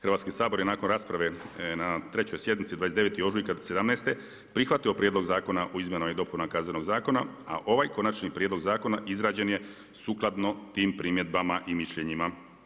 Hrvatski sabor je nakon rasprave na trećoj sjednici 29. ožujka 2017. prihvatio Prijedlog zakona o izmjenama i dopunama Kaznenog zakona, a ovaj konačni prijedlog zakona izrađen je sukladno tim primjedbama i mišljenjima.